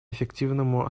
эффективному